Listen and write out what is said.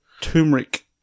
turmeric